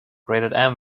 rated